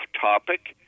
topic